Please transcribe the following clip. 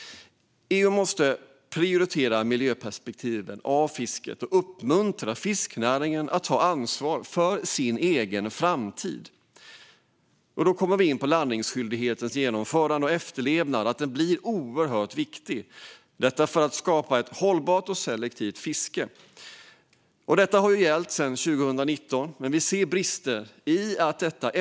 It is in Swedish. EU måste prioritera miljöperspektiven av fisket och uppmuntra fiskenäringen att ta ansvar för sin egen framtid. Då kommer vi in på landningsskyldighetens genomförande och efterlevnad och att detta blir oerhört viktigt för att vi ska kunna skapa ett hållbart och selektivt fiske. Detta har gällt sedan 2019, men vi ser brister i efterlevnaden.